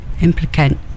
implicate